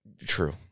True